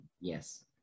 Yes